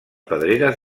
pedreres